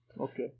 Okay